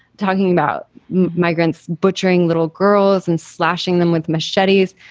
talking about migrants butchering little girls and slashing them with machetes.